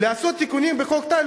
לעשות תיקונים בחוק טל.